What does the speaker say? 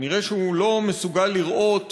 כנראה שהוא לא מסוגל לראות